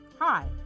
Hi